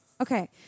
Okay